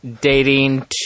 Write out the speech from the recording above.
Dating